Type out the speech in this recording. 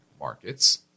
markets